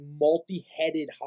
multi-headed